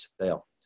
sale